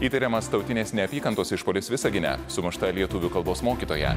įtariamas tautinės neapykantos išpuolis visagine sumušta lietuvių kalbos mokytoja